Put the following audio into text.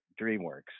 dreamworks